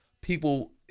people